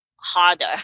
harder